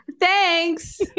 Thanks